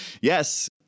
Yes